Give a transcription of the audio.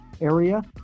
area